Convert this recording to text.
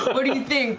what do you think